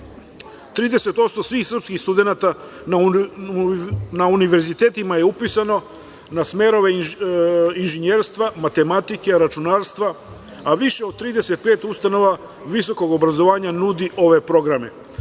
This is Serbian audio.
30% svih srpskih studenata na univerzitetima je upisano na smerove inženjerstva, matematike, računarstva, a više od 35 ustanova visokog obrazovanja nudi ove programe. Vlada